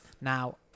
Now